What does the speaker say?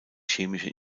chemische